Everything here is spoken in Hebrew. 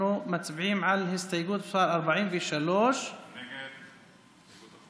אנחנו מצביעים על הסתייגות מס' 43. ההסתייגות (43) של